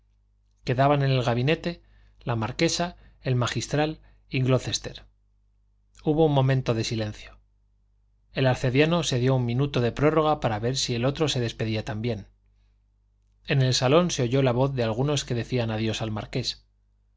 quedaban en el gabinete la marquesa el magistral y glocester hubo un momento de silencio el arcediano se dio un minuto de prórroga para ver si el otro se despedía también en el salón se oyó la voz de algunos que decían adiós al marqués